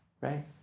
Right